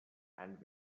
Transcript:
and